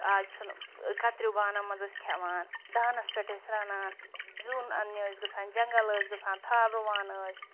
آز چھُنہٕ کَتریو بانَن منٛز ٲسۍ کھٮ۪وان دانَس پٮ۪ٹھ ٲسۍ رَنان زیُن اَنٛنہِ ٲسۍ گژھان جنٛگَل ٲسۍ گژھان تھل رُوان ٲسۍ